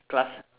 class